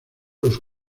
los